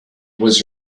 was